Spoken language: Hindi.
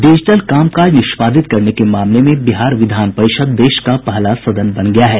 डिजिटल काम काज निष्पादित करने के मामले में बिहार विधान परिषद देश का पहला सदन बन गया है